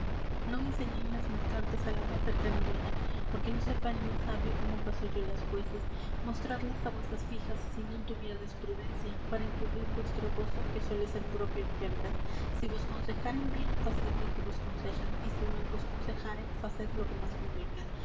non enseñéis las mis cartas á la más cercana dueña porque no sepa el más sabio cómo paso yo las vuesas mostradlas á vuesas fijas si non tuvierdes prudencia para encubrir vuestro gozo que suele ser propio en fembras si vos consejaren bien faced lo que vos consejan y si mal vos consejaren faced lo que más convenga